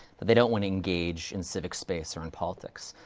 that they don't want to engage in civic space around politics.